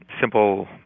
simple